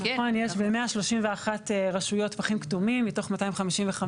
יש ב-131 רשויות פחים כתומים מתוך 255,